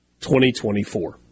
2024